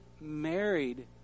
married